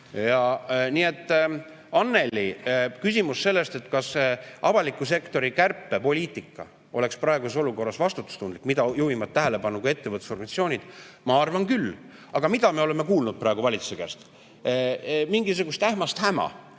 Nii et, Anneli, küsimus sellest, kas avaliku sektori kärpe poliitika oleks praeguses olukorras vastutustundlik – sellele juhivad tähelepanu ka ettevõtlusorganisatsioonid –, siis ma arvan küll. Aga mida me oleme kuulnud praegu valitsuse käest? Mingisugust ähmast häma.